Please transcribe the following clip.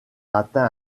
atteint